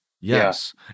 Yes